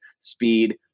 speed